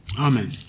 Amen